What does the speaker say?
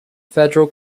federal